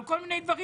על כל מיני דברים.